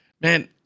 Man